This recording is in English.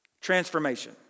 transformation